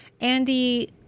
Andy